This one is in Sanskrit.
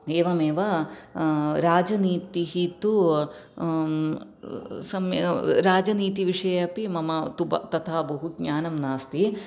एवमेव राजनीतिः तु राजनीतिविषये अपि मम तथा बहु ज्ञानं नास्ति